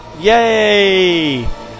Yay